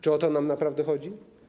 Czy o to nam naprawdę chodzi?